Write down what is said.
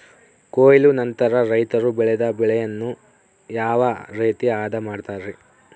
ಕೊಯ್ಲು ನಂತರ ರೈತರು ಬೆಳೆದ ಬೆಳೆಯನ್ನು ಯಾವ ರೇತಿ ಆದ ಮಾಡ್ತಾರೆ?